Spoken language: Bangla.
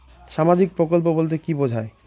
সামাজিক প্রকল্প বলতে কি বোঝায়?